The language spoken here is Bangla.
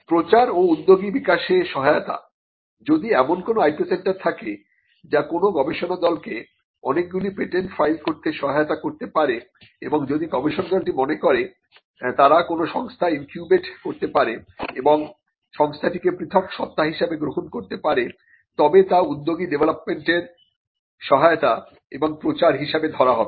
প্রচার ও উদ্যোগী বিকাশে সহায়তা যদি এমন কোনো IP সেন্টার থাকে যা কোন গবেষণাদলকে অনেকগুলি পেটেন্ট ফাইল করতে সহায়তা করতে পারে এবং যদি গবেষক দলটি মনে করে তারা কোনো সংস্থা ইনকিউবেট করতে পারে এবং সংস্থাটিকে পৃথক সত্তা হিসেবে গ্রহণ করতে পারে তবে তা উদ্যোগী ডেভেলপমেন্টের সহায়তা এবং প্রচার হিসাবে ধরা হবে